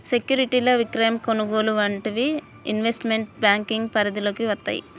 సెక్యూరిటీల విక్రయం, కొనుగోలు వంటివి ఇన్వెస్ట్మెంట్ బ్యేంకింగ్ పరిధిలోకి వత్తయ్యి